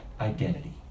identity